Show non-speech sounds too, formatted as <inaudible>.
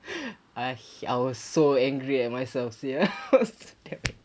<breath> I he~ I was so angry at myself sia <laughs>